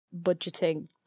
budgeting